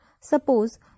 Suppose